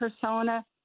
persona